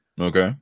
Okay